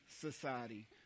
society